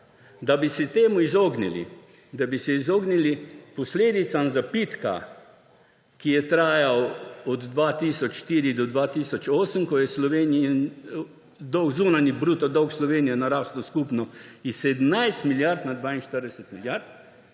Da bi se temu izognili, da bi se izognili posledicam zapitka, ki je trajal od 2004 do 2008, ko je zunanji bruto dolg Slovenije narastel skupno s 17 milijard na 42 milijard,